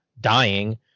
dying